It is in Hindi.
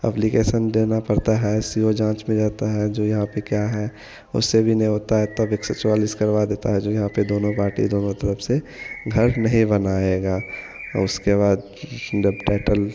अप्लीकेसन देना पड़ता है सी ओ जाँच में जाता है जो यहाँ पर क्या है उससे भी नहीं होता है तब एक साै चौवालिस करवा देता है जो यहाँ पर दोनों पार्टी दोनों तरफ से घर नहीं बनाएगा उसके बाद जब टाइटल